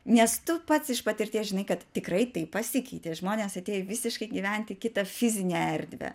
nes tu pats iš patirties žinai kad tikrai tai pasikeitė žmonės atėjo į visiškai gyventi kitą fizinę erdvę